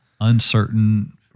uncertain